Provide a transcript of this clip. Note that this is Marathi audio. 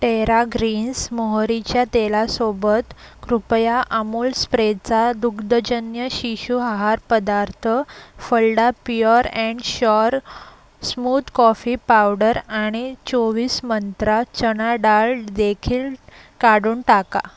टेरा ग्रीन्स मोहरीच्या तेलासोबत कृपया अमूल स्प्रेचा दुग्धजन्य शिशु आहार पदार्थ Phalada pure and sure smooth coffee powder आणि चोवीस मंत्रा चणा डाळ देखील काढून टाका